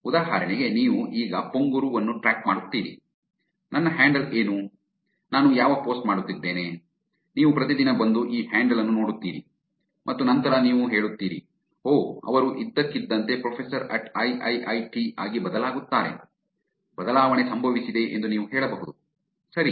ಉದಾಹರಣೆಗೆ ನೀವು ಈಗ ಪೊಂಗುರು ವನ್ನು ಟ್ರ್ಯಾಕ್ ಮಾಡುತ್ತೀರಿ ನನ್ನ ಹ್ಯಾಂಡಲ್ ಏನು ನಾನು ಯಾವ ಪೋಸ್ಟ್ ಮಾಡುತ್ತಿದ್ದೇನೆ ನೀವು ಪ್ರತಿದಿನ ಬಂದು ಈ ಹ್ಯಾಂಡಲ್ ಅನ್ನು ನೋಡುತ್ತೀರಿ ಮತ್ತು ನಂತರ ನೀವು ಹೇಳುತ್ತೀರಿ ಓಹ್ ಅವರು ಇದ್ದಕ್ಕಿದ್ದಂತೆ ಪ್ರೊಫೆಸರ್ ಅಟ್ ಐಐಐಟಿ ಆಗಿ ಬದಲಾಗುತ್ತಾರೆ ಬದಲಾವಣೆ ಸಂಭವಿಸಿದೆ ಎಂದು ನೀವು ಹೇಳಬಹುದು ಸರಿ